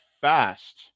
fast